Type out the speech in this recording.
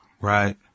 Right